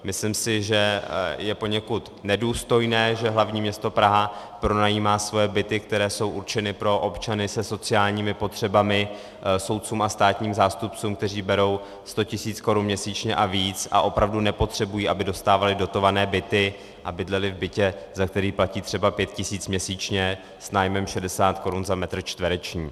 Myslím si, že je poněkud nedůstojné, že hl. město Praha pronajímá svoje byty, které jsou určeny pro občany se sociálními potřebami, soudcům a státním zástupcům, kteří berou sto tisíc korun měsíčně a víc a opravdu nepotřebují, aby dostávali dotované byty a bydleli v bytě, za který platí třeba pět tisíc měsíčně s nájmem šedesát korun za metr čtvereční.